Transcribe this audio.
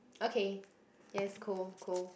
okay yes cool cool